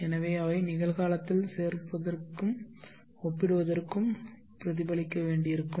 எனவே அவை நிகழ்காலத்தில் சேர்ப்பதற்கும் ஒப்பிடுவதற்கும் பிரதிபலிக்க வேண்டியிருக்கும்